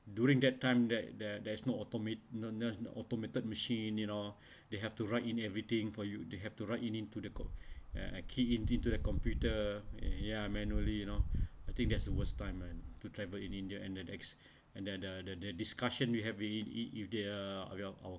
during that time that that there is no automate no nos~ the automated machine you know they have to write in everything for you they have to write into the co~ uh uh key into to the computer ya manually you know I think that's the worst time lah to travel in india and the ex~ and the the the the discussion we have it if the uh our